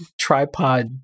tripod